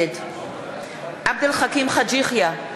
נגד עבד אל חכים חאג' יחיא,